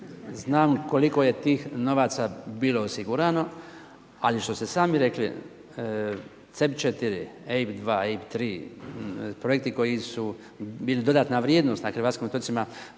znam koliko je tih novaca bilo osigurano, ali što ste sami rekli …/Govornik se ne razumije./… projekti koji su bili dodatna vrijednost na hrvatskim otocima